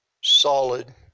solid